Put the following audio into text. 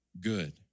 good